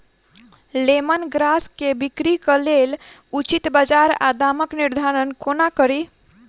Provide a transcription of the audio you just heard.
Lemon grass केँ बिक्रीक लेल उचित बजार आ दामक निर्धारण कोना कड़ी?